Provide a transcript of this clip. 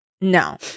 No